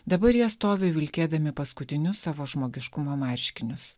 dabar jie stovi vilkėdami paskutinius savo žmogiškumo marškinius